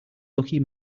lucky